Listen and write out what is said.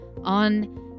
on